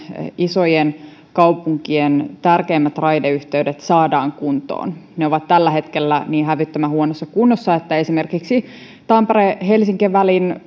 isojen kaupunkien tärkeimmät raideyhteydet saadaan kuntoon ne ovat tällä hetkellä niin hävyttömän huonossa kunnossa että esimerkiksi tampere helsinki välin